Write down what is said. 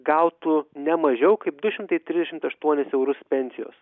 gautų ne mažiau kaip du šimtai trisdešimt aštuonis eurus pensijos